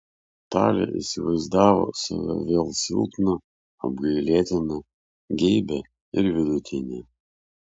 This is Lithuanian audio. talė įsivaizdavo save vėl silpną apgailėtiną geibią ir vidutinę